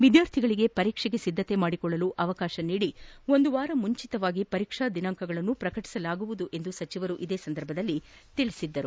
ವಿದ್ಯಾರ್ಥಿಗಳಿಗೆ ಪರೀಕ್ಷೆಗೆ ಸಿದ್ಧತೆ ಮಾಡಿಕೊಳ್ಳಲು ಅವಕಾಶ ನೀಡಿ ಒಂದು ವಾರ ಮುಂಚಿತವಾಗಿ ಪರೀಕ್ಷಾ ದಿನಾಂಕಗಳನ್ನು ಪ್ರಕಟಿಸಲಾಗುವುದು ಎಂದು ಸಚಿವರು ಇದೇ ಸಂದರ್ಭದಲ್ಲಿ ತಿಳಿಸಿದ್ದರು